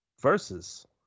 versus